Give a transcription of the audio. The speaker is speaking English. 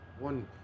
one